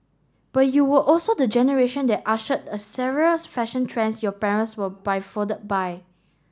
but you were also the generation that ushered a several fashion trends your parents were befuddled by